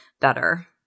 better